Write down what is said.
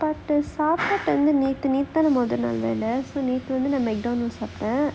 but சாப்பிடுற:saappidura time leh meeting நேத்து வந்து:nethu vantthu MacDonald's சாப்பிட்டேன்:saappittaen